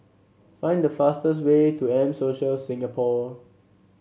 find the fastest way to M Social Singapore